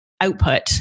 output